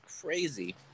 crazy